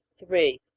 three.